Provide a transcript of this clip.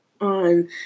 On